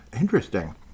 interesting